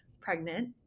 pregnant